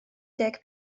deg